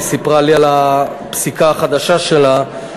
היא סיפרה לי על הפסיקה החדשה שלה,